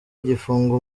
igifungo